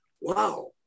wow